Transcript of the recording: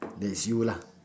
that is you lah